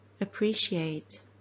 appreciate